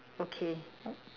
okay